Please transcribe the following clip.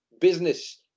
business